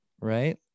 right